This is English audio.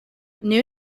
new